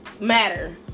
matter